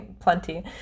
plenty